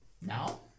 Now